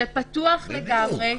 שפתוח לגמרי,